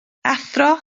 athro